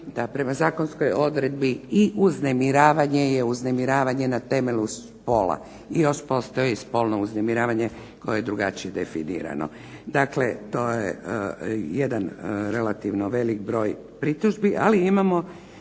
da prema zakonskoj odredbi i uznemiravanje je uznemiravanje na temelju spola, i još postoji spolno uznemiravanje koje je drugačije definirano. Dakle to je jedan relativno velik broj pritužbi, ali imamo